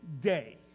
day